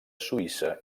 suïssa